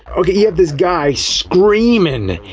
okay, you have this guy screamin'!